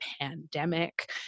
pandemic